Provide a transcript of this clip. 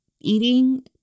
eating